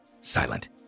silent